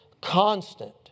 constant